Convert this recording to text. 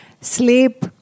Sleep